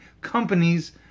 companies